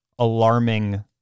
alarming